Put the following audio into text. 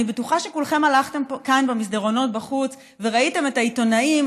אני בטוחה שכולכם הלכתם כאן במסדרונות בחוץ וראיתם את העיתונאים,